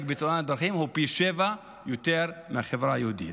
בתאונת דרכים הוא פי שבעה מאשר בחברה היהודית.